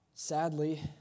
Sadly